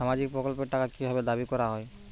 সামাজিক প্রকল্পের টাকা কি ভাবে দাবি করা হয়?